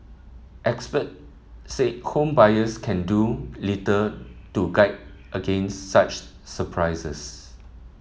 expert say home buyers can do little to guard against such surprises